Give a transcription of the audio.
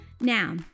Now